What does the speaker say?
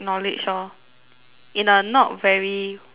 in a not very what way ah